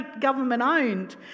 government-owned